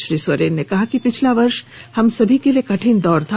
श्री सोरेन ने कहा कि पिछला वर्ष हमलोगों के लिए कठिन दौर था